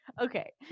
okay